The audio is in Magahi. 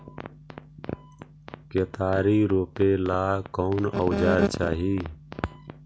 केतारी रोपेला कौन औजर चाही?